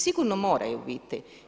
Sigurno moraju biti.